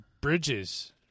bridges